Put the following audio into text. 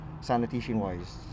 sanitation-wise